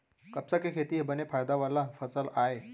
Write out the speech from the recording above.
कपसा के खेती ह बने फायदा वाला फसल आय